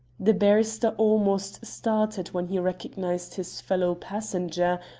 the barrister almost started when he recognized his fellow-passenger,